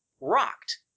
rocked